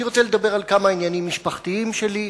אני רוצה לדבר על כמה עניינים משפחתיים שלי,